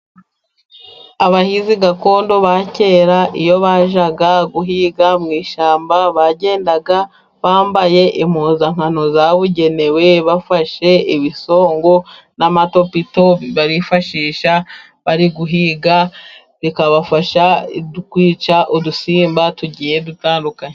Abahizi gakondo ba kera，iyo bajyaga guhiga mu ishyamba， bagendaga bambaye impuzankano zabugenewe， bafashe ibisongo n'amatopito， barifashisha bari guhiga，bikabafasha kwica udusimba tugiye dutandukanye.